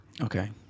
Okay